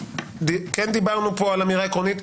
כן דיברנו פה על אמירה עקרונית.